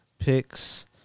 Picks